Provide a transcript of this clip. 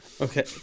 Okay